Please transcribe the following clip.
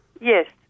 Yes